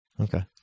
Okay